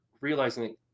realizing